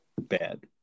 bad